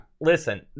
Listen